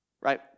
Right